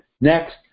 Next